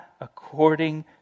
According